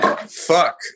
fuck